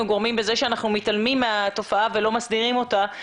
גורמים בכך שאנחנו מתעלמים מהתופעה ולא מסדירים אותה,